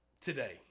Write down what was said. today